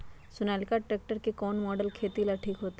Sonalika tractor के कौन model खेती ला ठीक होतै?